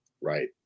Right